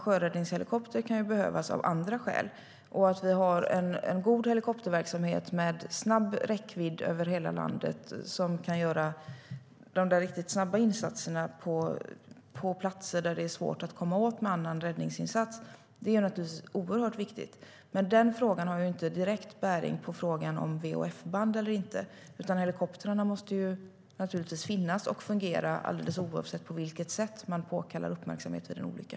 Sjöräddningshelikopter kan behövas av andra skäl. Att vi har en god helikopterverksamhet med räckvidd över hela landet som kan göra de riktigt snabba insatserna på platser som det är svårt att komma åt med annan räddningsinsats är naturligtvis oerhört viktigt. Men den frågan har inte direkt bäring på frågan om VHF-band eller inte. Helikoptrarna måste naturligtvis finnas och fungera alldeles oavsett på vilket sätt man påkallar uppmärksamhet vid en olycka.